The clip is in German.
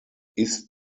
ist